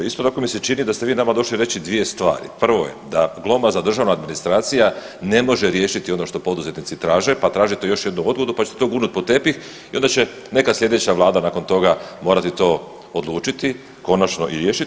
Isto tako mi se čini da ste vi nama došli reći dvije stvari, prvo je da glomazna državna administracija ne može riješiti ono što poduzetnici traže pa tražite još jednu odgodu, pa ćete to gurnut pod tepih i onda će neka sljedeća vlada nakon toga morati to odlučiti, konačno i riješiti.